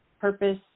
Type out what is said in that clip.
purpose